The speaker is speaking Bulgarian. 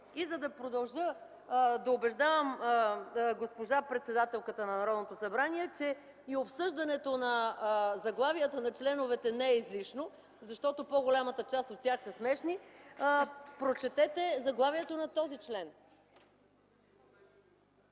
И, за да продължавам да убеждавам председателката на Народното събрание, че и обсъждането на заглавията на членовете не е излишно, защото по-голямата част от тях са смешни, прочетете заглавието на този член.